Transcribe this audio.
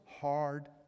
hard